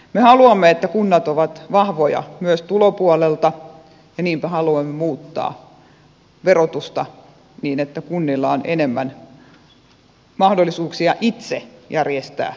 me haluamme että kunnat ovat vahvoja myös tulopuolelta ja niinpä haluamme muuttaa verotusta niin että kunnilla on enemmän mahdollisuuksia itse järjestää ne palvelut